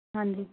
ਹਾਂਜੀ